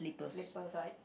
slippers right